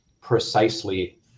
precisely